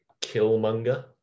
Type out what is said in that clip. Killmonger